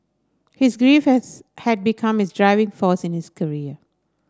his grief has had become his driving force in his career